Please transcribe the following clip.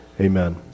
Amen